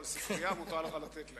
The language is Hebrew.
אבל ספרייה מותר לך לתת להם.